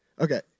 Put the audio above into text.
Okay